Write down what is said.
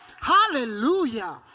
hallelujah